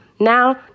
Now